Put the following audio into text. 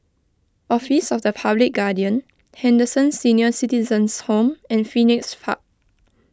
Office of the Public Guardian Henderson Senior Citizens' Home and Phoenix Park